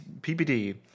pbd